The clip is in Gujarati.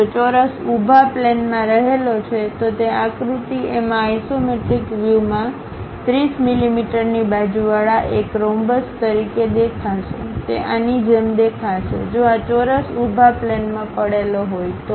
જો ચોરસ ઉભા પ્લેન માં રહેલો છે તો તે આકૃતિ એમાં આઇસોમેટ્રિક વ્યૂમાં 30 મીમીની બાજુવાળા એક રોમબસ તરીકે દેખાશે તે આની જેમ દેખાશે જો આ ચોરસ ઉભા પ્લેન માં પડેલો હોય તો